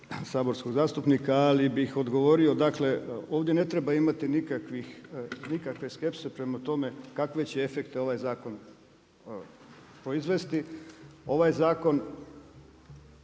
saborskog zastupnika, ali bih odgovorio dakle, ovdje ne treba imati nikakve skepse prema tome kakve će efekte ovaj zakon proizvesti. Ovaj zakon